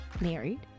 married